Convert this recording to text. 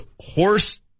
horse